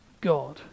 God